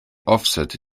offset